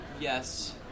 yes